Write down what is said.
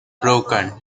broken